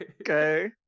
Okay